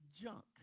junk